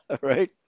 right